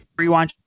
rewatch